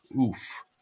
Oof